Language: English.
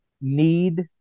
need